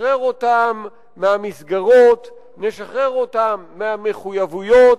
נשחרר אותם מהמסגרות, נשחרר אותם מהמחויבויות.